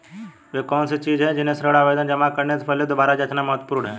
वे कौन सी चीजें हैं जिन्हें ऋण आवेदन जमा करने से पहले दोबारा जांचना महत्वपूर्ण है?